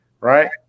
Right